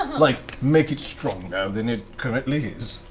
like make it stronger than it currently is,